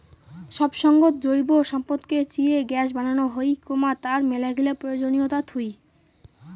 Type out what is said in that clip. সব সঙ্গত জৈব সম্পদকে চিয়ে গ্যাস বানানো হই, তার মেলাগিলা প্রয়োজনীয়তা থুই